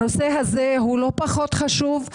הנושא הזה לא פחות חשוב.